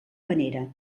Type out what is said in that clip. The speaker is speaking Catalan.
panera